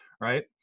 right